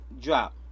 drop